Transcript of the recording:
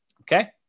Okay